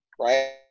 right